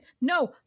No